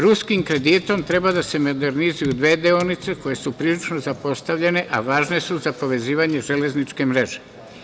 Ruskim kreditom treba da se modernizuju dve deonice koje su prilično zapostavljene, a važne su za povezivanje železničke mreže.